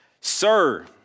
Sir